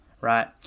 right